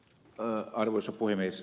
arvoisa puhemies